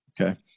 Okay